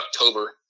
October